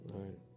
right